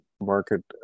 market